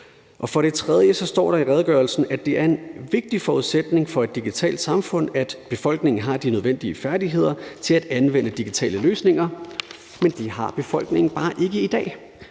For det tredje står der i redegørelsen, at det er en vigtig forudsætning for et digitalt samfund, at befolkningen har de nødvendige færdigheder til at anvende digitale løsninger. Men det har befolkningen bare ikke i dag.